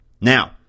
Now